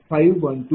0111512 p